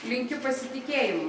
linkiu pasitikėjimo